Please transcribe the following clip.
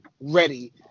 ready